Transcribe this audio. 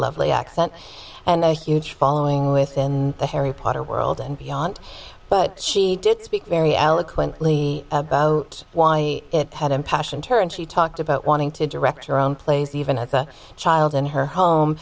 lovely accent and a huge following within the harry potter world and beyond but she did speak very eloquently about why it had empassioned her and she talked about wanting to direct her own plays even a child in her home